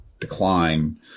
decline